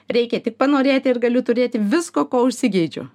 reikia tik panorėti ir galiu turėti visko ko užsigeidžiu